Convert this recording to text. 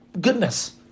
goodness